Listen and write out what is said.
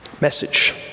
message